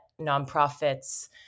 nonprofits